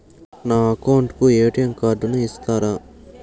నా అకౌంట్ కు ఎ.టి.ఎం కార్డును ఇస్తారా